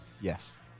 yes